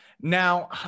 Now